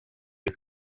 was